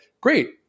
great